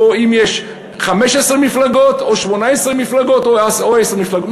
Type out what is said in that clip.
או אם יש 15 מפלגות או 18 מפלגות או עשר מפלגות?